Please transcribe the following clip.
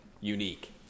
unique